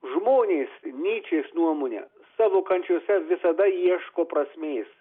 žmonės nyčės nuomone savo kančiose visada ieško prasmės